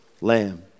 lamb